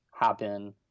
happen